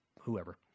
whoever